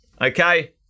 okay